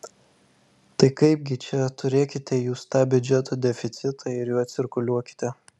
tai kaipgi čia turėkite jūs tą biudžeto deficitą ir juo cirkuliuokite